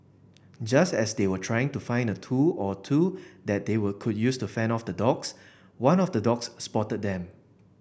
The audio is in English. just as they were trying to find a tool or two that they would could use to fend off the dogs one of the dogs spotted them